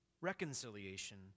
reconciliation